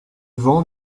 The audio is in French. vent